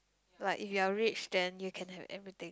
like if you are rich then you can have everything